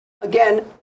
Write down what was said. Again